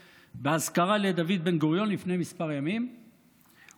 באזכרה לדוד בן-גוריון לפני כמה ימים שהחילוניות